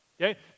Okay